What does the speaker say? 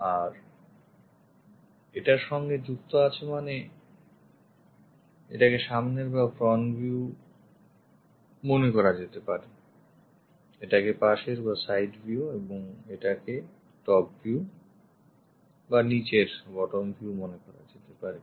আর এটার সঙ্গে যুক্ত আছে মানে এটাকে সামনের বা front view মনে করা যেতে পারে এটাকে পাশের বা side view এবং এটাকে ওপর বা top view অথবা নিচের বা bottom view মনে করা যেতে পারে